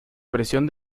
presión